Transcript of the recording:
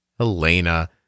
Elena